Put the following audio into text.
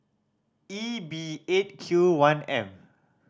E B Eight Q one M